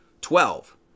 Twelve